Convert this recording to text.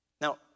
Now